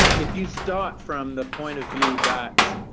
if you start from the point of view that